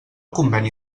conveni